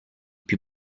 più